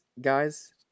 guys